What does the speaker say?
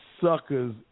suckers